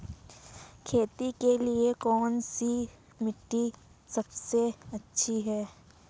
खेती के लिए कौन सी मिट्टी सबसे अच्छी है?